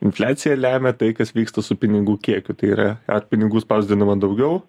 infliaciją lemia tai kas vyksta su pinigų kiekiu tai yra ar pinigų spausdinama daugiau